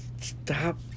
Stop